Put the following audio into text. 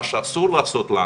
מה שלנו אסור לעשות